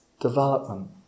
development